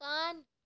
मकान